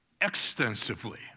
extensively